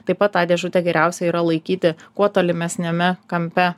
taip pat tą dėžutę geriausia yra laikyti kuo tolimesniame kampe